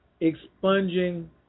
expunging